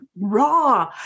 raw